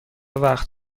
وقت